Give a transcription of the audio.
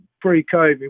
pre-COVID